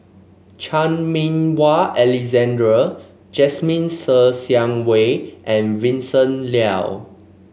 Chan Meng Wah Alexander Jasmine Ser Xiang Wei and Vincent Leow